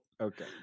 Okay